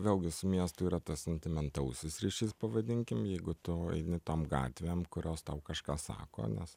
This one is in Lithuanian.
vėlgi su miestu yra tas sentimentalusis ryšys pavadinkim jeigu tu eini tom gatvėm kurios tau kažką sako nes